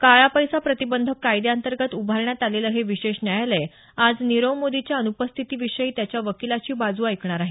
काळा पैसा प्रतिबंधक कायद्याअंतर्गत उभारण्यात आलेलं हे विशेष न्यायालय आज नीरव मोदीच्या अनुपस्थितीविषयी त्याच्या वकीलाची बाजू ऐकणार आहे